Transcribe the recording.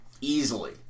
easily